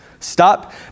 Stop